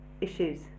issues